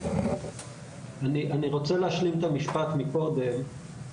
אני רוצה להשלים את המשפט מקודם.